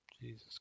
Jesus